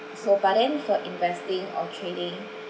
so but then for investing or trading